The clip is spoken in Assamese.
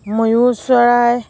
ময়ূৰ চৰাই